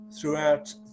throughout